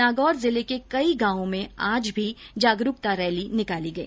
नागौर जिले के कई गांवों में आज भी जागरूकता रैलियां निकाली गई